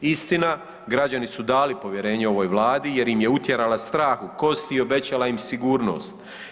Istina građani su dali povjerenje ovoj Vladi jer im je utjerala strah u kosti i obećala im sigurnost.